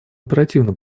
оперативно